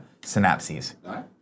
synapses